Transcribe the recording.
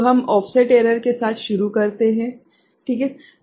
तो हम offset error के साथ शुरू करते हैं ठीक है